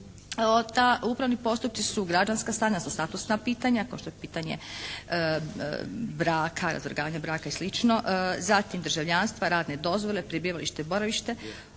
Ti upravni postupci su građanska stanja, statusna pitanja kao što je pitanje braka, razvrgavanja braka i slično, zatim državljanstva, radne dozvole, prebivalište, boravište.